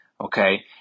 okay